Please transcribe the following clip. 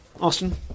Austin